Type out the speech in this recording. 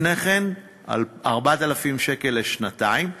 לפני כן, 4,000 שקל לשנתיים.